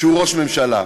שהוא ראש ממשלה.